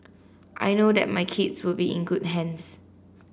I know that my kids would be in good hands